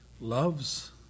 loves